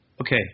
Okay